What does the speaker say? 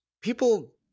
people